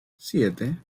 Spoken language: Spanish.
siete